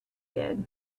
did